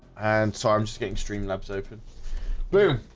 and sorry, i'm just getting streaming ah eyes open boom.